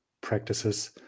practices